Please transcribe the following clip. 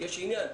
יש עניין.